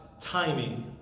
timing